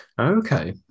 Okay